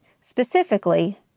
specifically